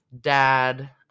dad